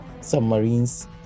submarines